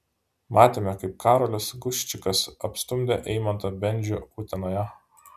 matėme kaip karolis guščikas apstumdė eimantą bendžių utenoje